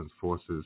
forces